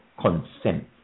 consent